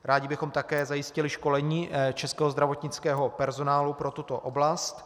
Rádi bychom také zajistili školení českého zdravotnického personálu pro tuto oblast.